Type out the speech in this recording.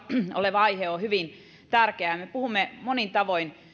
oleva aihe on hyvin tärkeä me puhumme monin tavoin